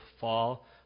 fall